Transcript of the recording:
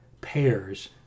pairs